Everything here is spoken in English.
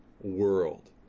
world